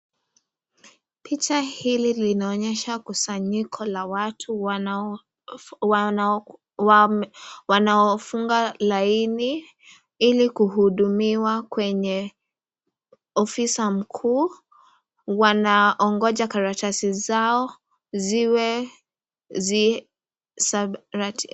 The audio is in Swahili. Picha hili linaonyesha kusanyiko la watu wanaofunga laini, ili kuhudumiwa kwenye ofisa mkuu wanangoja karatasi zao ziwe.